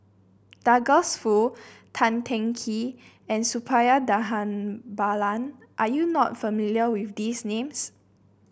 Douglas Foo Tan Teng Kee and Suppiah Dhanabalan are you not familiar with these names